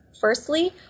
Firstly